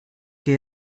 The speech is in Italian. che